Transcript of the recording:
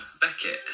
Beckett